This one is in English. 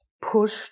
pushed